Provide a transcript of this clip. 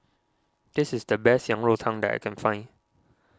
this is the best Yang Rou Tang that I can find